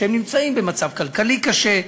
שנמצאים במצב כלכלי קשה.